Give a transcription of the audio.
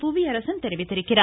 புவியரசன் தெரிவித்துள்ளார்